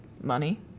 Money